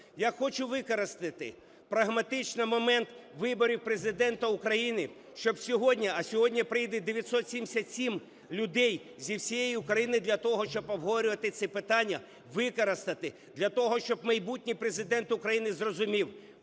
Я хочу використати прагматично момент виборів Президента України, щоб сьогодні - а сьогодні прийде 977 людей зі всієї України для того, щоб обговорювати ці питання, - використати для того, щоб майбутній Президент України зрозумів: